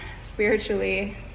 spiritually